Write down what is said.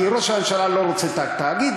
כי ראש הממשלה לא רוצה את התאגיד,